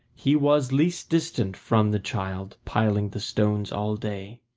he was least distant from the child, piling the stones all day.